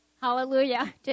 hallelujah